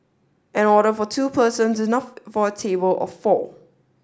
an order for two person is enough for a table of four